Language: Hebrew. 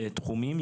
התחומים.